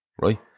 right